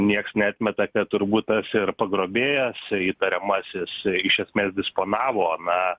niekas neatmeta kad turbūt tas ir pagrobėjas įtariamasis iš esmės disponavo na